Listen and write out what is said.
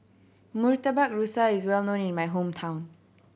Murtabak Rusa is well known in my hometown